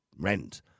rent